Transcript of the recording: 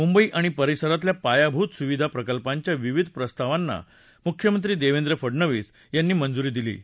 मुंबई आणि परिसरातल्या पायाभूत सुविधा प्रकल्पांच्या विविध प्रस्तावांना मुख्यमंत्री देवेंद्र फडनवीस यांनी मंजूरी दिली आहे